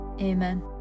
amen